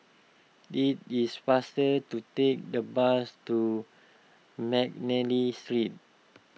it is faster to take the bus to McNally Street